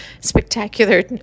spectacular